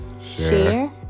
share